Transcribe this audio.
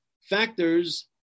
factors